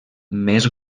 més